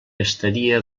estaria